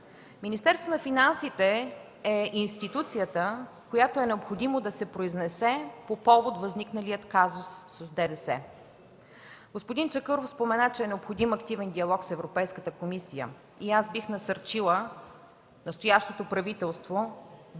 Министерството на финансите е институцията, която е необходимо да се произнесе по повод възникналия казус с ДДС. Господин Чакъров спомена, че е необходим активен диалог с Европейската комисия. Аз бих насърчила настоящото правителство